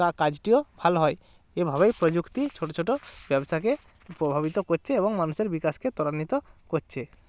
তা কাজটিও ভালো হয় এভাবেই প্রযুক্তি ছোটো ছোটো ব্যবসাকে প্রভাবিত করছে এবং মানুষের বিকাশকে ত্বরান্বিত করছে